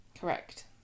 Correct